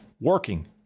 working